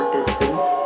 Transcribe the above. distance